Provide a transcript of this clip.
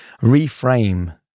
reframe